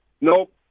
nope